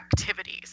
activities